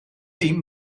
team